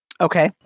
Okay